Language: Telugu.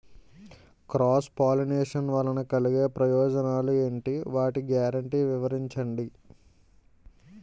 క్రాస్ పోలినేషన్ వలన కలిగే ప్రయోజనాలు ఎంటి? వాటి గ్యారంటీ వివరించండి?